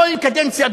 כל קדנציה,